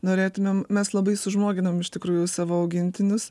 norėtumėm mes labai sužmoginam iš tikrųjų savo augintinius